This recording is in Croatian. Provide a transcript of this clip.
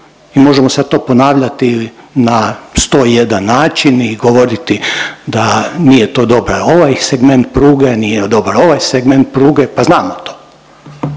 I možemo sad to ponavljati na 101 način i govoriti da to nije to dobar ovaj segment pruge, nije dobar ovaj segment pruge, pa znamo to